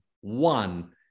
one